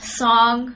song